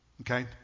Okay